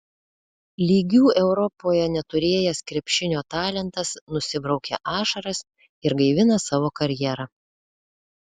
lygių europoje neturėjęs krepšinio talentas nusibraukė ašaras ir gaivina savo karjerą